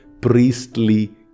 priestly